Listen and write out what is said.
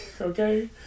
Okay